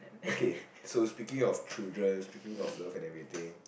okay so speaking of children speaking of love and everything